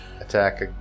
attack